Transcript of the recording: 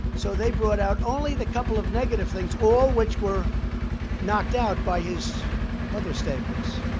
so they brought out only the couple of negative things, all which were knocked out by his other statements.